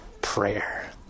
prayer